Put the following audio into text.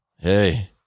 Hey